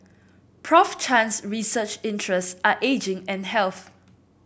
Prof Chan's research interests are ageing and health